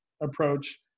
approach